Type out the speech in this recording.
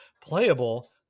playable